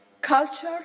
culture